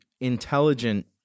intelligent